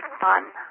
fun